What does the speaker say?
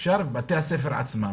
בתי הספר עצמם,